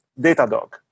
Datadog